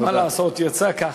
מה לעשות, יצא כך.